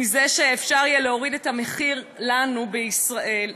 במה שאפשר יהיה להוריד את המחיר לנו בישראל,